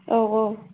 औ औ